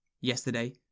Yesterday